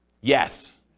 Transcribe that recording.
Yes